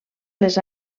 les